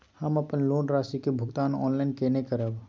हम अपन लोन राशि के भुगतान ऑनलाइन केने करब?